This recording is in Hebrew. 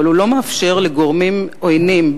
אבל הוא לא מאפשר לגורמים עוינים,